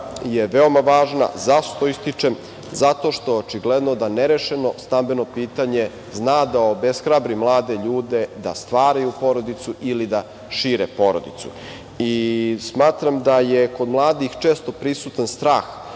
je veoma važna. Zašto to ističem? Zato što očigledno da nerešeno stambeno pitanje zna da obeshrabri mlade ljude da stvaraju porodicu ili da šire porodicu. Smatram da je kod mladih često prisutan strah